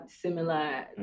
similar